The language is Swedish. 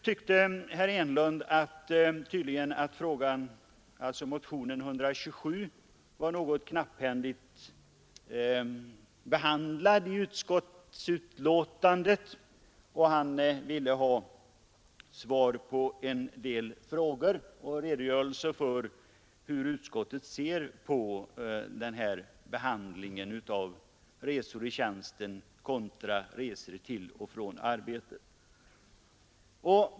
Herr Enlund ansåg tydligen att motionen 127 var något knapphändigt behandlad i utskottsbetänkandet, och han ville ha svar på en del frågor och en redogörelse för hur utskottet ser på frågan om rätt till avdrag för resor i tjänsten kontra avdrag för resor till och från arbetet.